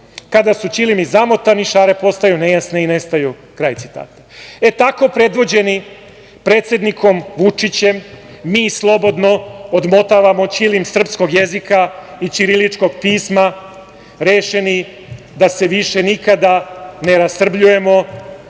Kada su ćilimi zamotani šare postaju nejasni nestaju“, kraj citata.E, tako predvođeni predsednikom Vučićem mi slobodno odmotavamo ćilim srpskog jezika i ćiriličkog pisma rešeni da se više nikada ne rasrbljujemo.